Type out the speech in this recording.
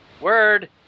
Word